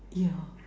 ya